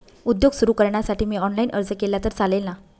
उद्योग सुरु करण्यासाठी मी ऑनलाईन अर्ज केला तर चालेल ना?